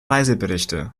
reiseberichte